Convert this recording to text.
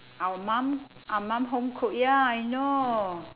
our mum our mum homecooked ya I know